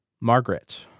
Margaret